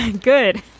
Good